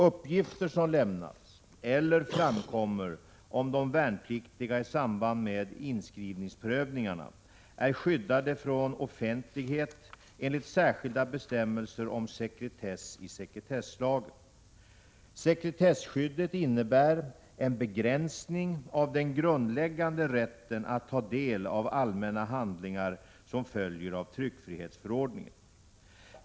Uppgifter som lämnas eller framkommer om de värnpliktiga i samband med inskrivningsprövningarna är skyddade från offentlighet enligt särskilda bestämmelser om sekretess i sekretesslagen. Sekretesskyddet innebär en begränsning av den grundläggande rätten att ta del av allmänna handlingar som följer av tryckfrihetsförordningen.